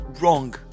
wrong